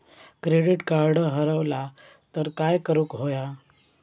Credit card हरवला तर काय करुक होया?